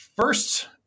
First